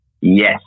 Yes